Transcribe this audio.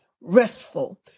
restful